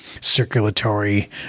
circulatory